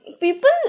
people